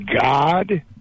God